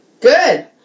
Good